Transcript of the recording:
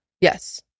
yes